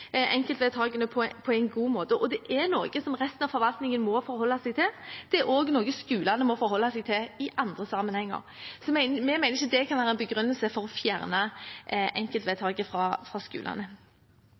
enkeltvedtakene på en god måte. Det er noe som resten av forvaltningen må forholde seg til, og det er også noe skolene må forholde seg til i andre sammenhenger. Vi mener altså at det ikke kan være en begrunnelse for å fjerne